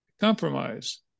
compromise